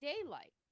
daylight